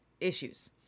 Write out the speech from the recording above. issues